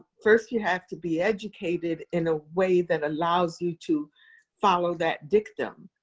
first, you have to be educated in a way that allows you to follow that dictum.